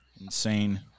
insane